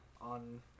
on